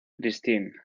christine